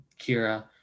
Kira